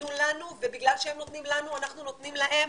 ייתנו לנו ובגלל שהם נותנים לנו אנחנו נותנים להם,